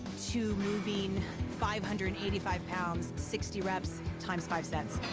to moving five hundred and eighty five pounds, sixty reps times five sets.